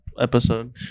episode